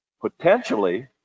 potentially